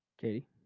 Katie